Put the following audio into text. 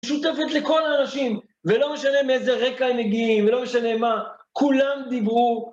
משותפת לכל האנשים, ולא משנה מאיזה רקע הם מגיעים, ולא משנה מה, כולם דיברו.